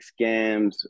scams